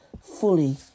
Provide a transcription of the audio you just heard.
fully